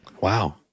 Wow